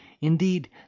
indeed